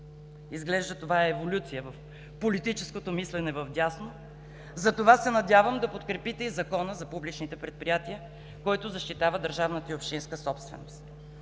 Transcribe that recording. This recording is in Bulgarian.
Изглежда, това е еволюция в политическото мислене вдясно, затова се надявам да подкрепите и Закона за публичните предприятия, който защитава държавната и общинска собственост.